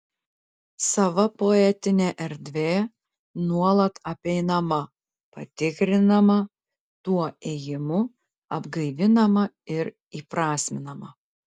sava poetinė erdvė nuolat apeinama patikrinama tuo ėjimu atgaivinama ir įprasminama